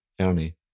Ernie